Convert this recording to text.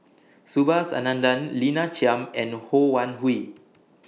Subhas Anandan Lina Chiam and Ho Wan Hui